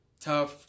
tough